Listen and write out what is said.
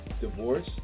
divorce